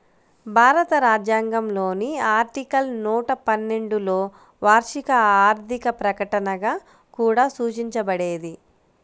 భారత రాజ్యాంగంలోని ఆర్టికల్ నూట పన్నెండులోవార్షిక ఆర్థిక ప్రకటనగా కూడా సూచించబడేది